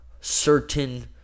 certain